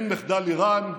אין מחדל איראן,